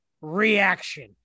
reaction